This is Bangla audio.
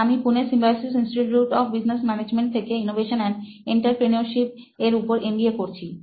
আর আমি পুণের Symbiosis institute of business management থেকে ইনোভেসান এন্ড এন্টারপ্রেনিওশিপ এর উপর এম বি এ করছি